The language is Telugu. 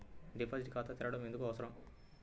డిపాజిట్ ఖాతా తెరవడం ఎందుకు అవసరం?